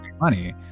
money